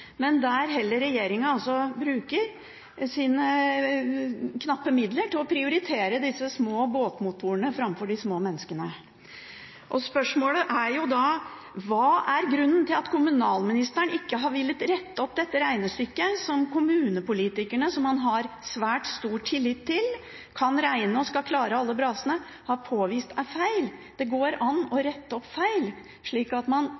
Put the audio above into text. men der regjeringen heller bruker sine knappe midler til å prioritere disse små båtmotorene framfor de små menneskene. Spørsmålet er da: Hva er grunnen til at kommunalministeren ikke har villet rette opp dette regnestykket som kommunepolitikerne – som man har svært stor tillit til kan regne og skal klare alle brasene – har påvist er feil? Det går an å rette opp feil, slik at man